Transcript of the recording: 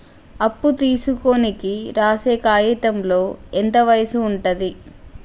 అప్పు తీసుకోనికి రాసే కాయితంలో ఎంత వయసు ఉంటది?